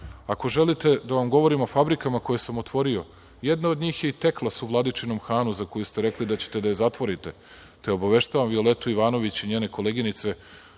Ako želite da vam govorim o fabrikama koje sam otvorio, jedna od njih je i „Teklas“ u Vladičinom Hanu, za koju ste rekli da ćete da je zatvorite, te obaveštavam Violetu Ivanović i njene koleginice